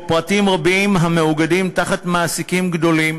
פרטים רבים המאוגדים תחת מעסיקים גדולים